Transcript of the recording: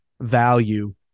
value